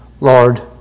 Lord